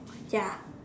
ya